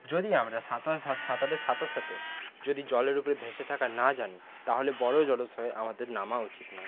যদি আমরা সাঁতারের সাথে সাথে যদি জলের উপরে ভেসে থাকা না জানি তাহলে বড়ো জলাশয়ে আমাদের নামা উচিৎ নয়